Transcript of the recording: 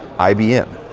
ibm,